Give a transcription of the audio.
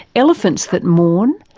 elephants that mourn,